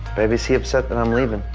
baby is he upset that i'm leaving?